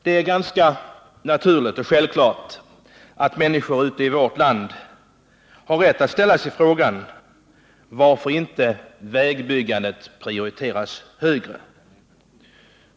Det är ganska naturligt och självklart att människor ute i vårt land ställer sig frågan, varför inte vägbyggandet prioriteras högre.